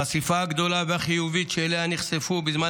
החשיפה הגדולה והחיובית שאליה נחשפו בזמן